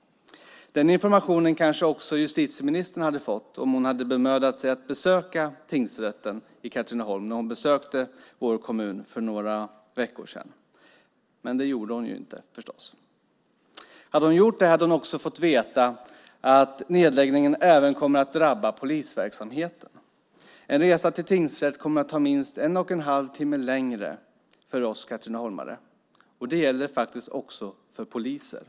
Den informationen kanske också justitieministern hade fått om hon hade bemödat sig om att besöka tingsrätten i Katrineholm när hon besökte vår kommun för några veckor sedan, men det gjorde hon förstås inte. Hade hon gjort det hade hon också fått veta att nedläggningen även kommer att drabba polisverksamheten. En resa till tingsrätt kommer att ta minst en och en halv timme längre för oss katrineholmare, och det gäller faktiskt också för poliser.